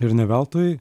ir ne veltui